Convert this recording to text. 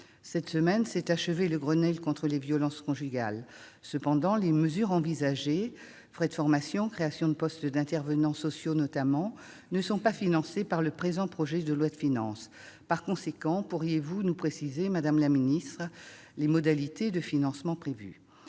Cette semaine s'est achevé le Grenelle contre les violences conjugales. Cependant, les mesures envisagées- formation, création de postes d'intervenants sociaux, etc. -ne sont pas financées dans le présent projet de loi de finances. Par conséquent, pourriez-vous nous préciser, madame la secrétaire d'État, les modalités de financement qui